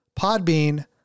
Podbean